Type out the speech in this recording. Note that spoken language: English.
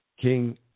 King